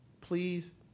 please